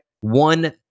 one